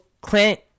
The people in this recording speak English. Clint